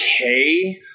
okay